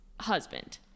husband